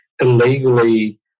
illegally